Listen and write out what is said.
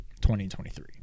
2023